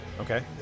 Okay